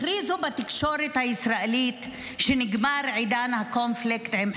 הכריזו בתקשורת הישראלית שנגמר עידן הקונפליקט עם חיזבאללה.